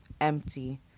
empty